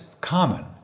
common